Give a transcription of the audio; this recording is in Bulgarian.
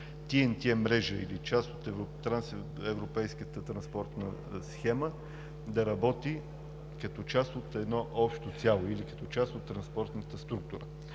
TNT мрежа, или част от трансевропейската транспортна схема, да работи като част от едно общо цяло или като част от транспортната структура.